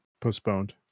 postponed